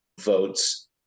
votes